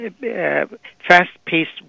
fast-paced